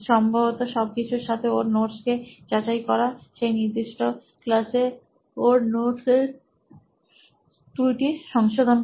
সম্ভবত সব কিছু র সাথে ওর নোটস কে যাচাই করা সেই নির্দি ষ্ট ক্লাসের ওর নোটস এর ত্রুটি সংশোধন করা